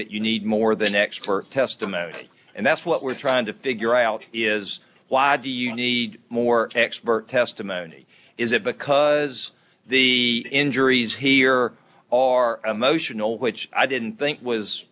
that you need more the next for testimony and that's what we're trying to figure out is why do you need more expert testimony is it because the injuries here are emotional which i didn't think